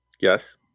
Yes